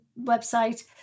website